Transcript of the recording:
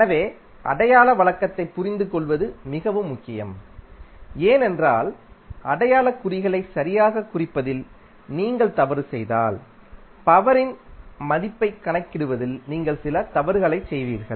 எனவே அடையாள வழக்கத்தைப் புரிந்துகொள்வது மிகவும் முக்கியம் ஏனென்றால் அடையாளகுறிகளை சரியாகக் குறிப்பதில் நீங்கள் தவறு செய்தால் பவர் யின் மதிப்பைக் கணக்கிடுவதில் நீங்கள் சில தவறுகளைச் செய்வீர்கள்